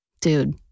Dude